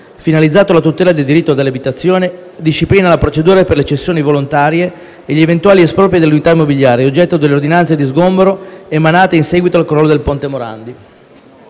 finalizzato alla tutela del diritto all’abitazione, disciplina la procedura per le cessioni volontarie e gli eventuali espropri delle unità immobiliari oggetto delle ordinanze di sgombero emanate in seguito al crollo del ponte Morandi,